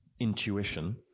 intuition